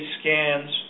scans